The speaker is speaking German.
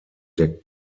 der